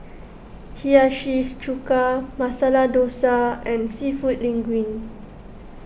Hiyashi Chuka Masala Dosa and Seafood Linguine